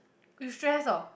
you stress oh